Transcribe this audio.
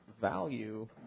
value